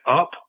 up